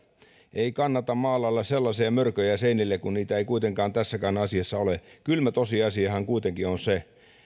ei kannata maalailla sellaisia mörköjä seinille kun niitä ei kuitenkaan tässäkään asiassa ole kylmä tosiasiahan kuitenkin on se